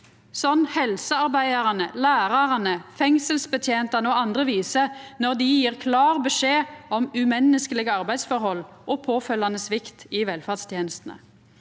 som helsearbeidarane, lærarane, fengselsbetjentane og andre, som gjev klar beskjed om umenneskelege arbeidsforhold og påfølgjande svikt i velferdstenestene.